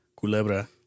Culebra